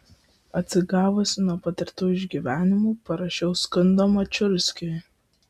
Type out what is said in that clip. atsigavusi nuo patirtų išgyvenimų parašiau skundą mačiulskiui